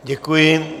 Děkuji.